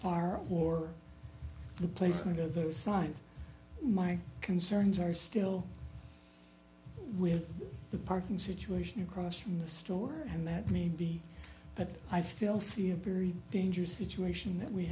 far for the placement of my concerns are still with the parking situation across from the store and that may be but i still see a very dangerous situation that we